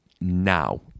now